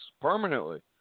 permanently